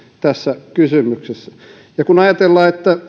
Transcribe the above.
tässä kysymyksessä kun ajatellaan että